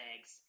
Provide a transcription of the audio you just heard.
eggs